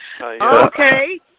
Okay